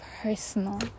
personal